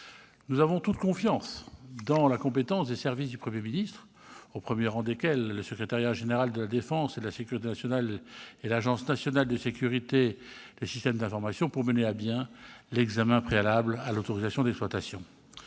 Nous avons toute confiance dans la compétence des services du Premier ministre, au premier rang desquels le Secrétariat général de la défense et de la sécurité nationale et l'Agence nationale de sécurité des systèmes d'information, pour mener à bien l'examen préalable à l'autorisation d'exploitation.